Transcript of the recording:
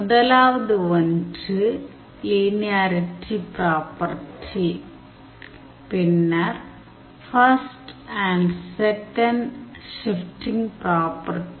முதலாவது ஒன்று linearity property பின்னர் ஃபர்ஸ்ட் மற்றும் செகண்ட் ஷிஃப்ட்டிங் பிராப்பர்டிகள்